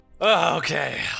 Okay